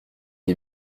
est